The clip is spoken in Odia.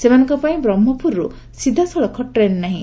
ସେମାନଙ୍କ ପାଇଁ ବ୍ରହ୍କପୁରରୁ ସିଧାସଳଖ ଟ୍ରେନ୍ ନାହିଁ